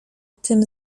tym